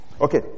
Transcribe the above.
Okay